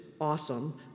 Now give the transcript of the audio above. awesome